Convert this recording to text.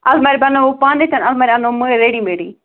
اَلمارِ بَنٲو پانَے کِنہٕ اَلماری مارِ اَنو مٔلۍ ریڈی میڈی